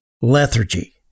lethargy